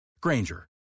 granger